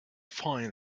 find